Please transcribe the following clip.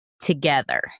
together